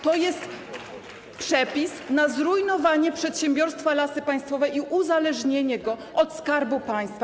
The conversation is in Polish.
To jest przepis na zrujnowanie przedsiębiorstwa Lasy Państwowe i uzależnienie go od Skarbu Państwa.